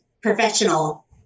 Professional